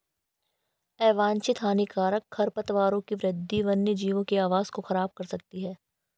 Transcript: अवांछित हानिकारक खरपतवारों की वृद्धि वन्यजीवों के आवास को ख़राब कर सकती है